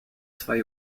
zwei